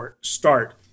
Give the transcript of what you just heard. start